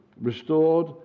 restored